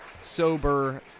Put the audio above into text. sober